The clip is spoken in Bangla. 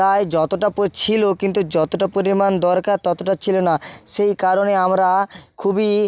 তাই যতটা ছিল কিন্তু যতটা পরিমাণ দরকার ততটা ছিল না সেই কারণে আমরা খুবই